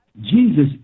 Jesus